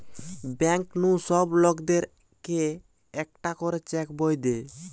bank নু সব লোকদের কে একটা করে চেক বই দে